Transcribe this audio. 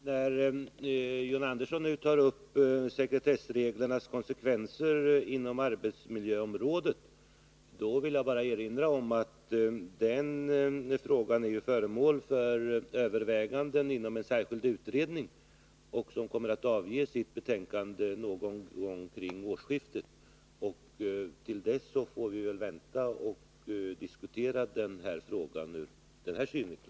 Herr talman! När John Andersson nu tar upp sekretessreglernas konsekvenser inom arbetsmiljöområdet, vill jag bara erinra om att den frågan är föremål för överväganden inom en särskild utredning, som kommer att avge sitt betänkande någon gång kring årsskiftet. Till dess får vi väl vänta och diskutera frågan ur den här synvinkeln.